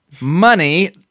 money